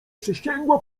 przysięgła